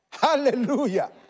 hallelujah